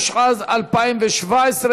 התשע"ז 2017,